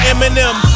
Eminem